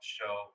show